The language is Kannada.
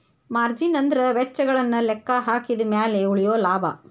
ಮಾರ್ಜಿನ್ ಅಂದ್ರ ವೆಚ್ಚಗಳನ್ನ ಲೆಕ್ಕಹಾಕಿದ ಮ್ಯಾಲೆ ಉಳಿಯೊ ಲಾಭ